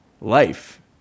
life